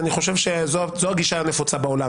ואני חושב שזו הגישה הנפוצה בעולם,